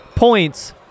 points